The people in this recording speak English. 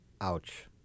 Ouch